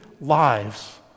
lives